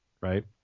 Right